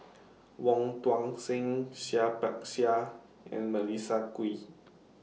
Wong Tuang Seng Seah Peck Seah and Melissa Kwee